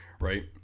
right